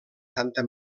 santa